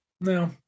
No